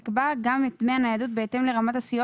תקבע גם את דמי ניידות בהתאם לרמת הסיוע